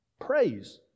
praise